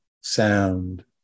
sound